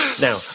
now